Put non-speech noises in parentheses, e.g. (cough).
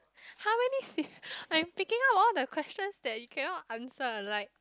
how many (noise) I'm picking out all the questions that you cannot answer like